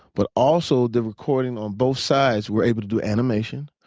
but also they're recording on both sides. we're able to do animation.